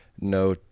no